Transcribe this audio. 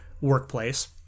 workplace